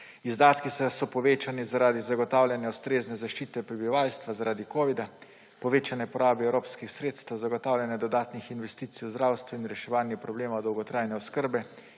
Izdatki so povečani zaradi zagotavljanja ustrezne zaščite prebivalstva zaradi covida, povečane porabe evropskih sredstev, zagotavljanja dodatnih investicij v zdravstvo in reševanja problemov dolgotrajne oskrbe,